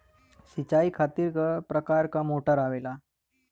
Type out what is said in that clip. सिचाई खातीर क प्रकार मोटर आवेला?